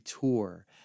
tour